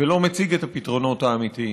ולא מציג את הפתרונות האמיתיים.